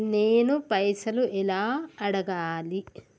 నేను పైసలు ఎలా అడగాలి?